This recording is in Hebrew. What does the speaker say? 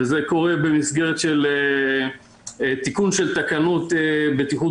וזה קורה במסגרת של תיקון של תקנות בטיחות